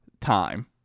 time